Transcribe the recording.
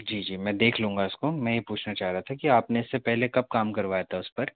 जी जी मैं देख लूँगा उसको मैं ये पूछना चाह रहा था कि आप ने इससे पहले कब काम करवाया था उस पर